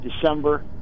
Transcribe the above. December